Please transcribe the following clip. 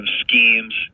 schemes